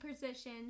position